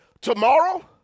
Tomorrow